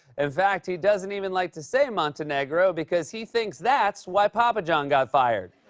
in fact, he doesn't even like to say montenegro because he thinks that's why papa john got fired.